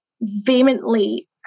vehemently